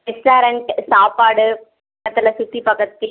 restaurant சாப்பாடு மத்ததெல்லாம் சுற்றி பாக்கர்க்கு